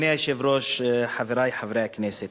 אדוני היושב-ראש, חברי חברי הכנסת,